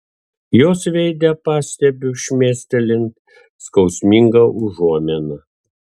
jos veide pastebiu šmėstelint skausmingą užuominą